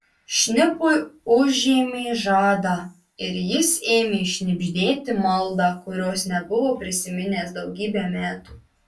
šnipui užėmė žadą ir jis ėmė šnibždėti maldą kurios nebuvo prisiminęs daugybę metų